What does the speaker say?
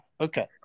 okay